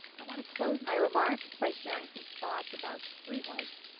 i want to close my remarks by sharing some thoughts about streetlights.